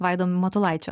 vaido matulaičio